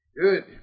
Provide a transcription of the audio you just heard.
Good